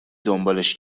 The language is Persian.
دنبالش